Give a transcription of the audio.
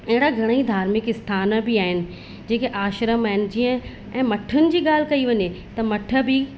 अहिड़ा घणेई धार्मिक स्थानु बि आहिनि जेके आश्रम आहिनि जीअं ऐं मठनि जी ॻाल्हि कई वञे त मठ बि